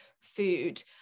food